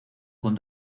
con